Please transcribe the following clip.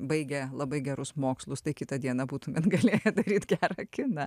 baigę labai gerus mokslus tai kitą dieną būtumėt galėję daryt gerą kiną